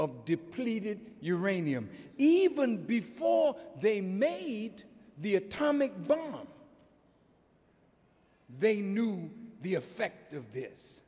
of depleted uranium even before they made the atomic bomb they knew the effect of this